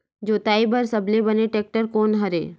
जोताई बर सबले बने टेक्टर कोन हरे?